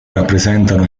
rappresentano